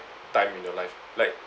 time in your life